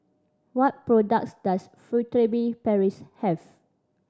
what products does Furtere Paris have